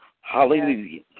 Hallelujah